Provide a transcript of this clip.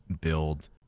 build